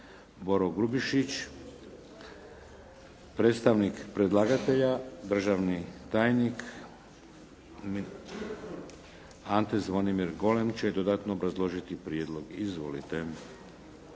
Boro Grubišić. Predstavnik predlagatelja, državni tajnik Ante Zvonimir Golem će dodatno obrazložiti prijedlog. Izvolite.